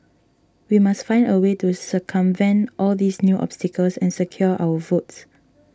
we must find a way to circumvent all these new obstacles and secure our votes